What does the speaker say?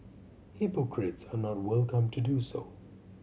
hypocrites are not welcome to do so